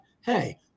Hey